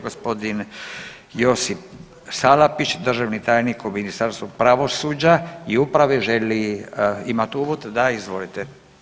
Gospodin Josip Salapić, državni tajnik u Ministarstvu pravosuđa i uprave želi imati uvod, da izvolite.